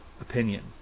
opinion